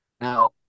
now